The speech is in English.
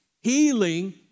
Healing